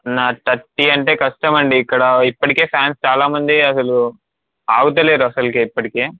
అన్న థర్టీ అంటే కష్టం అండి ఇక్కడ ఇప్పటికే ఫాన్స్ చాలా మంది అసలు ఆగుతలేరు అసలుకే ఇప్పటికే